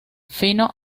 fino